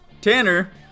Tanner